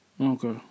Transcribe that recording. Okay